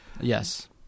Yes